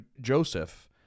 Joseph